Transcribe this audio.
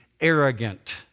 arrogant